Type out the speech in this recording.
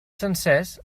sencers